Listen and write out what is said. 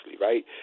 right